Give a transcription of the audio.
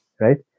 right